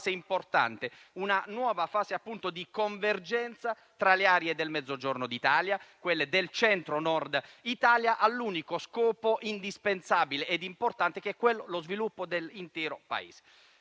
una nuova fase di convergenza tra le aree del Mezzogiorno d'Italia, quelle del Centro-Nord d'Italia, all'unico scopo indispensabile e importante dello sviluppo dell'intero Paese.